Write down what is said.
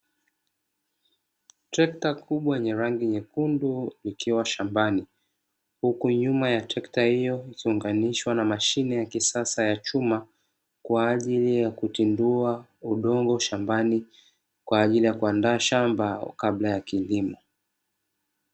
Trekta kubwa lenye rangi nyekundu likiwa shambani, huku nyuma ya trekta hiyo ikiunganishwa na mashine ya kisasa ya chuma kwa ajili ya kutindua udongo shambani, kwa ajili ya kuandaa shamba kabla ya kilimo.